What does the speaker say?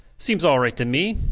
seems all right to me.